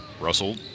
Russell